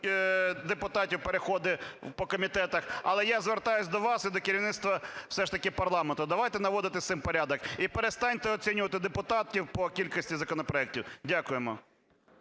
депутатів, переходи по комітетах. Але я звертаюсь до вас і до керівництва все ж таки парламенту: давайте наводити з цим порядок. І перестаньте оцінювати депутатів по кількості законопроектів. Дякуємо.